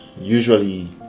usually